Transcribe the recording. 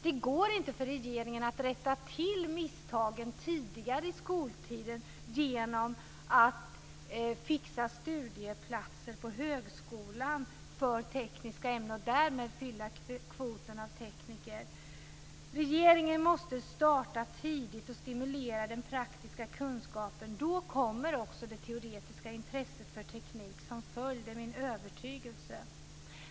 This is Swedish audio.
Det går inte för regeringen att rätta till misstagen tidigare under skoltiden genom att fixa studieplatser på högskolan när det gäller tekniska ämnen och därmed fylla kvoten av tekniker. Regeringen måste starta tidigt och stimulera den praktiska kunskapen. Då kommer också det teoretiska intresset för teknik som följd. Det är min övertygelse.